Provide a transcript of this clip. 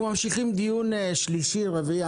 אנחנו ממשיכים דיון שלישי או רביעי,